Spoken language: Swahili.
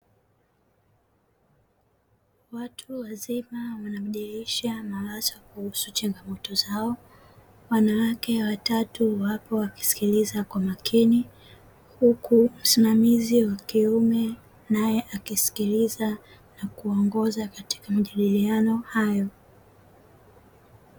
Watu wazima wanabadilisha mawazo kuhusu changamoto zao, wanawake watatu wapo wakisikiliza kwa makini; huku msimamizi wa kiume naye akisikiliza na kuongoza katika majadiliano hayo.